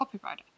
copywriter